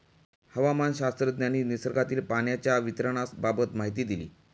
हवामानशास्त्रज्ञांनी निसर्गातील पाण्याच्या वितरणाबाबत माहिती दिली